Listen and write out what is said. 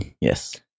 Yes